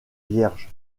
vierge